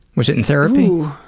was it in therapy?